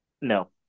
No